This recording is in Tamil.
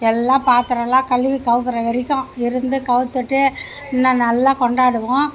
எல்லாம் பார்த்துரோல்லாம் கழுவி கவிக்குறவரைக்கும் இருந்து கவித்துட்டு இன்னும் நல்லா கொண்டாடுவோம்